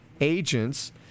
agents